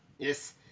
Yes